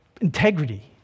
Integrity